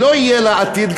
שלא יהיה לה עתיד,